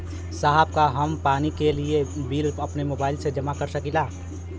साहब का हम पानी के बिल अपने मोबाइल से ही जमा कर सकेला?